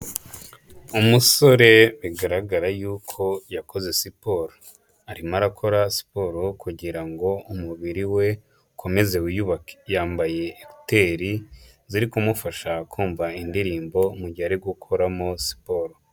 Umusore bigaragara y'uko yakoze siporo, arimo akora siporo kugira ngo umubiri we, ukomeze wiyubake. Yambaye ekuteri ziri kumufasha kumva indirimbo, mu gihe ari gukoramo siporo.